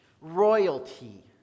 royalty